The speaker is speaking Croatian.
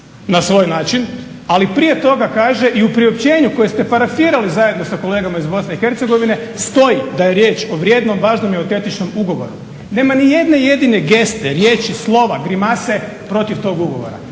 na svoj način. Ali prije toga kaže i u priopćenju koje ste parafirali zajedno sa kolegama iz Bosne i Hercegovine stoji da je riječ o vrijednom, važnom i autentičnom ugovoru. Nema ni jedne jedine geste, riječi, slova, grimase protiv tog ugovora.